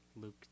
Luke